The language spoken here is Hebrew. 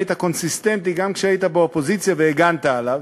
היית קונסיסטנטי גם כשהיית באופוזיציה והגנת עליו,